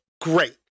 great